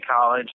college